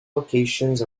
locations